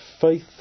faith